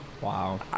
Wow